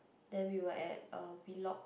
then we were at uh Wheelock